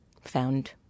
found